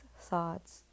thoughts